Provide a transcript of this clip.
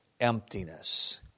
emptiness